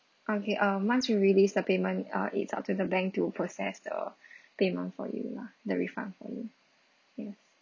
okay um once we release the payment uh it's up to the bank to process the payment for you lah the refund for you yes